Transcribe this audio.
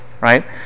right